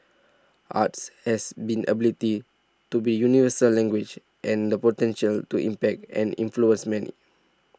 arts has been ability to be universal language and the potential to impact and influence many